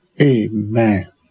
Amen